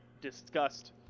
discussed